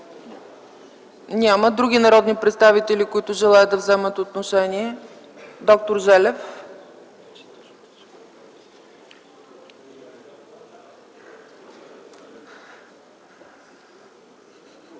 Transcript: Няма. Други народни представители, които желаят да вземат отношение? Доктор Желев.